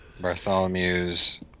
Bartholomew's